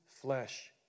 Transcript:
flesh